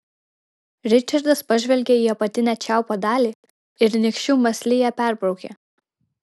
ričardas pažvelgė į apatinę čiaupo dalį ir nykščiu mąsliai ją perbraukė